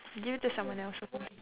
give it to someone else